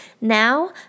Now